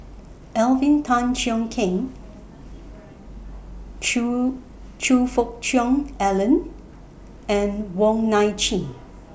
Alvin Tan Cheong Kheng Choe Choe Fook Cheong Alan and Wong Nai Chin